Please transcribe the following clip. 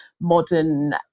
modern